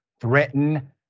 threaten